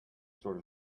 sort